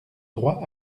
droit